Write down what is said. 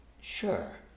Sure